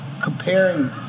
comparing